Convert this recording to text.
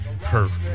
perfect